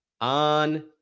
on